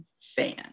fan